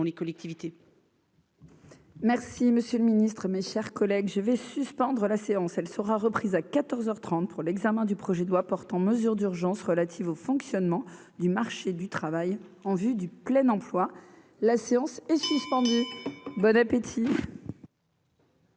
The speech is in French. les collectivités. Merci, monsieur le Ministre, mes chers collègues, je vais suspendre la séance, elle sera reprise à 14 heures 30 pour l'examen du projet de loi portant mesures d'urgence relatives au fonctionnement du marché du travail en vue du plein emploi, la séance est suspendue, bon appétit.